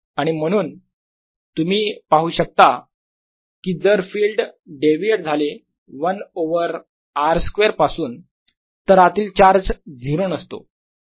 आणि म्हणून तुम्ही पाहू शकता की जर फिल्ड डेव्हिएट झाले 1 ओवर r स्क्वेअर पासून तर आतील चार्ज 0 नसतो